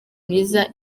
myiza